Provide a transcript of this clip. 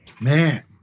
Man